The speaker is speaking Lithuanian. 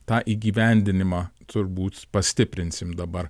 tą įgyvendinimą turbūt pastiprinsim dabar